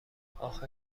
آخه